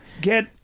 get